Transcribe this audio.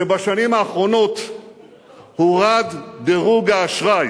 שבשנים האחרונות הורד דירוג האשראי